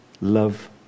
love